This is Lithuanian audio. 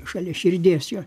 šalia širdies jo